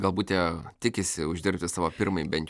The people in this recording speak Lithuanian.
galbūt jie tikisi uždirbti savo firmai bent